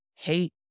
Hate